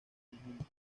conjuntos